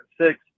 six